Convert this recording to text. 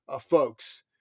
folks